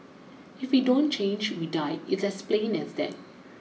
if we don't change we die it's as plain as that